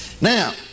Now